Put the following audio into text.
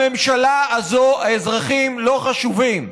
לממשלה הזאת האזרחים לא חשובים.